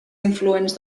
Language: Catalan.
influents